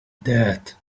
that